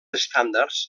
estàndards